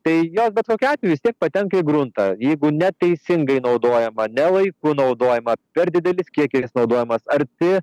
tai jos bet kokiu atveju vis tiek patenka į gruntą jeigu neteisingai naudojama ne laiku naudojama per didelis kiekiais naudojamas arti